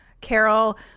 Carol